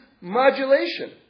modulation